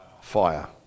fire